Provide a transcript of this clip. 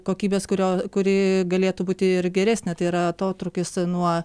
kokybės kurio kuri galėtų būti ir geresnė tai yra atotrūkis nuo